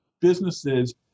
businesses